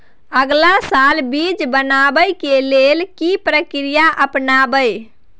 अगला साल बीज बनाबै के लेल के प्रक्रिया अपनाबय?